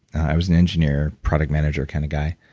i was an engineering, product manager kind of guy,